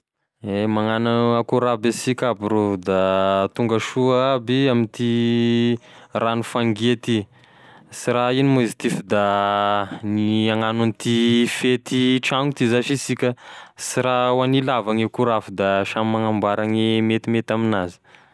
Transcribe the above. E magnano akory aby asika aby rô da tongasoa aby amty raha nofangia ty sy raha ino ma izy ty f'da gne hagnano an'ity fety tragno zash isika sy raha ho hany lava gne kora fa da samy magnamboara gne metimety aminazy.